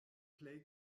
plej